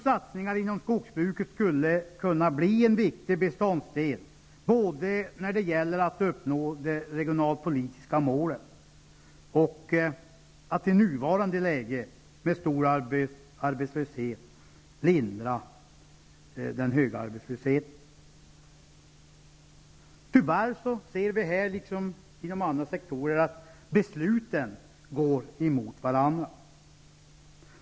Satsningar inom skogsbruket skulle kunna bli en viktig beståndsdel både när det gäller att uppnå de regionalpolitiska målen och för att i nuvarande läge lindra den höga arbetslösheten. Tyvärr ser vi här liksom inom andra sektorer att besluten går emot varandra.